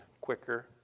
quicker